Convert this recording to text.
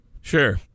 Sure